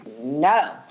No